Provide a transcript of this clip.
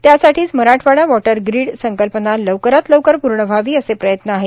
त्यासाठीच Marathwada water grid संकल्पना लवकरात लवकर पूर्ण व्हावी असे प्रयत्न आहेत